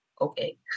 okay